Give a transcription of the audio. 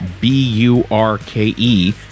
b-u-r-k-e